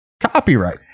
copyright